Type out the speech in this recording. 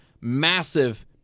massive